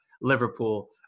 Liverpool